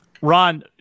Ron